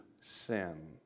sin